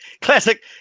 Classic